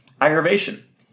aggravation